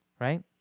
right